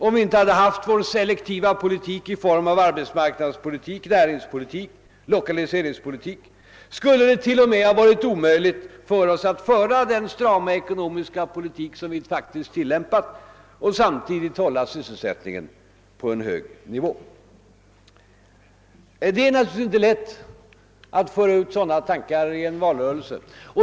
Om vi inte hade haft vår selektiva politik i form av arbetsmarknadspolitik, näringspolitik och lokaliseringspolitik, skulle det t.o.m. ha varit omöjligt för oss att föra den strama ekonomiska politik som vi faktiskt tillämpat och samtidigt hålla sysselsättningen på en hög nivå. Det är naturligtvis inte lätt att föra ut sådana tankar i en valrörelse.